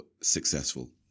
successful